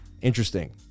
interesting